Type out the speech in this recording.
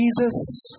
Jesus